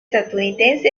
statunitensi